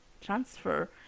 transfer